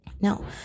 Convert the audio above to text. Now